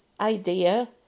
idea